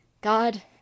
God